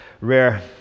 rare